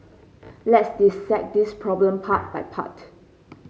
let's dissect this problem part by part